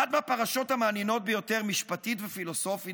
אחת הפרשות המעניינות ביותר משפטית ופילוסופית